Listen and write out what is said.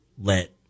let